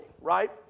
Right